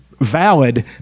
valid